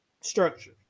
structure